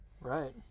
Right